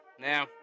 now